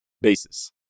basis